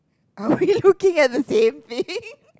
are we looking at the same thing